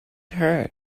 hurt